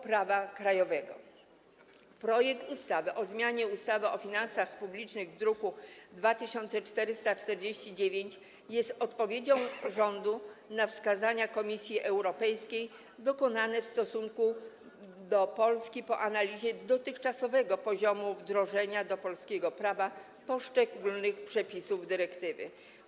Projekt ustawy o zmianie ustawy o finansach publicznych, zawarty w druku nr 2449, jest odpowiedzią rządu na wskazania Komisji Europejskiej dokonane w stosunku do Polski po analizie dotychczasowego poziomu wdrożenia do polskiego prawa poszczególnych przepisów dyrektywy.